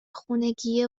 خونگیه